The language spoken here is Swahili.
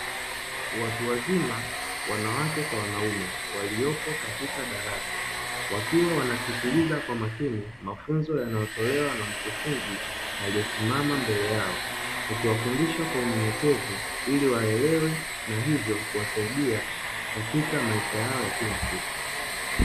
Watu wazima wanawake kwa wanaume, waliopo katika darasa, wakiwa wanasikiliza kwa makini mafunzo yanayotolewa na mkufunzi aliyesimama mbele yao, akiwafundisha kwa unyeyekevu ili waelewe na hivyo kusaidia katika maisha yao ya kila siku.